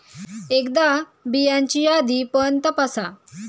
एकदा बियांची यादी पण तपासा